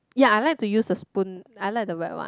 ya I like to use the spoon I like the wet one